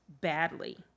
badly